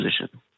position